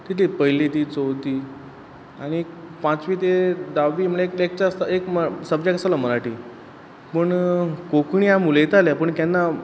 ती तीत पयली ती चोवथी आनीक पांचवी ते धाववी म्हळ्या एक तेंच आसता एक म सब्जॅक्ट आसतालो मराठी म्हूण कोंकणी आम उलयताले पूण केन्ना